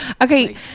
Okay